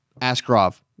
Askarov